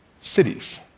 Cities